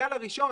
בגל הראשון,